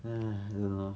!hais! ya lor